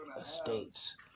estates